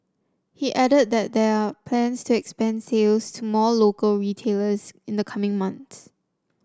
he added that there are plans to expand sales to more local retailers in the coming months